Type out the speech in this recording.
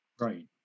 Right